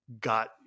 got